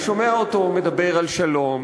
אני שומע אותו מדבר על שלום,